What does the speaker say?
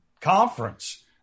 conference